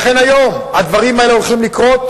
לכן היום הדברים האלה הולכים לקרות,